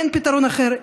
אין פתרון אחר,